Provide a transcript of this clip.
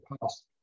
past